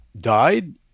died